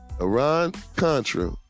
Iran-Contra